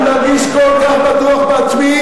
אני מרגיש כל כך בטוח בעצמי,